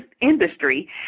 industry